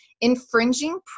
infringing